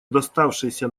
доставшийся